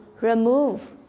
remove